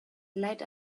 light